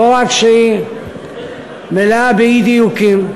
לא רק שהיא מלאה באי-דיוקים,